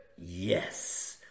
Yes